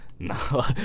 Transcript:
No